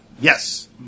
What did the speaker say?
Yes